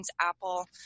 Apple